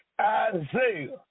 Isaiah